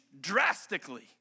drastically